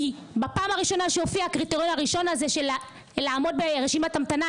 כי בפעם הראשונה שהופיע הקריטריון הראשון הזה של לעמוד ברשימת המתנה,